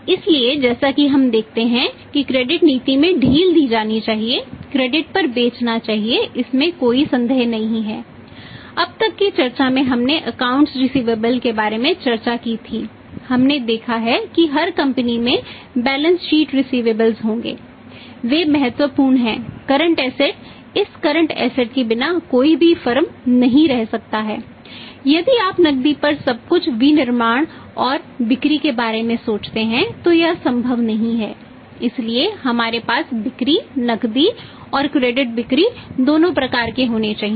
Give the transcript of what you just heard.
इसलिए जैसा कि हम देखते हैं कि क्रेडिट बिक्री दोनों प्रकार के होने चाहिए